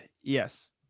Yes